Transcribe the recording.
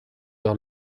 vers